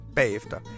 bagefter